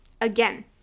again